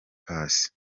pass